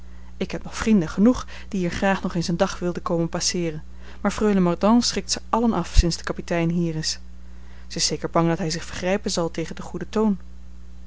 ik heb nog vrienden genoeg die hier graag nog eens een dag wilden komen passeeren maar freule mordaunt schrikt ze allen af sinds de kapitein hier is zij is zeker bang dat hij zich vergrijpen zal tegen den goeden toon